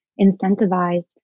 incentivized